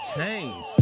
Change